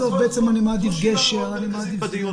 בעצם אני מעדיף גשר' --- זו נקודה מאוד מרכזית בדיון